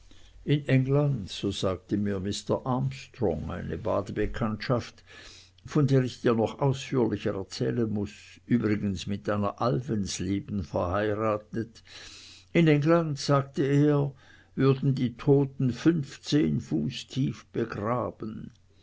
in england so sagte mir mister armstrong eine badebekanntschaft von der ich dir noch ausführlicher erzählen muß übrigens mit einer alvensleben verheiratet in england sagte er würden die toten fünfzehn fuß tief begraben